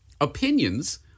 Opinions